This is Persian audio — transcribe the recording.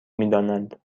میدانند